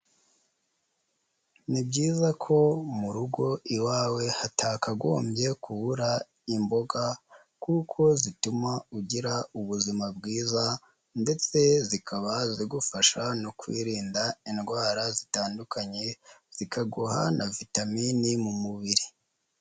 Ni byiza ko mu rugo iwawe hatakagombye kubura imboga kuko zituma ugira ubuzima bwiza, ndetse zikaba zigufasha no kwirinda indwara zitandukanye, zikaguha na vitamine mu mubiri.